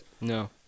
No